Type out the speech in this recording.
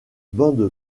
bande